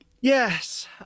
yes